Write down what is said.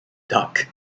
duck